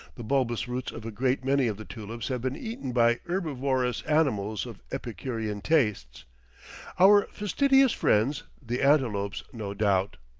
the bulbous roots of a great many of the tulips have been eaten by herbivorous animals of epicurean tastes our fastidious friends, the antelopes, no doubt.